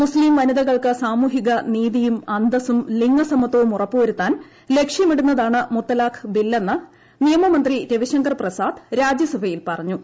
മുസ്ത്രീം വനിതകൾക്ക് സാമൂഹിക നീതിയും അന്തസ്സും ലിംഗ സമത്വവും ഉറപ്പു വരുത്താൻ ലക്ഷ്യമിടുന്നതാണ് മുത്തലാഖ് ബില്ലെന്ന് നിയമമന്ത്രി രവിശങ്കർ പ്രസാദ് രാജ്യസഭയിൽ പറഞ്ഞു